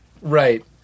Right